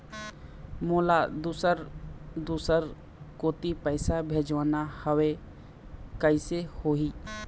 मोला दुसर दूसर कोती पैसा भेजवाना हवे, कइसे होही?